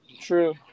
True